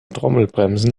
trommelbremsen